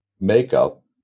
makeup